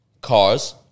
cars